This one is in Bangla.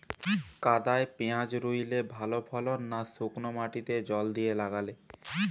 কাদায় পেঁয়াজ রুইলে ভালো ফলন না শুক্নো মাটিতে জল দিয়ে লাগালে?